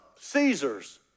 Caesars